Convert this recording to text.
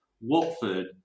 Watford